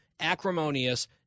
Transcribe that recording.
acrimonious